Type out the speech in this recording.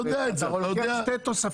קיבלת שתי תוספות.